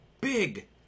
big